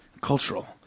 cultural